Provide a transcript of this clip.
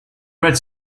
red